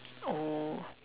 oh